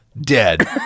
dead